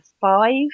five